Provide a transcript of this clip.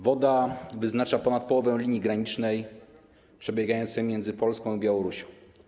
Woda wyznacza ponad połowę linii granicznej przebiegającej między Polską i Białorusią.